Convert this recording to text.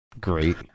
great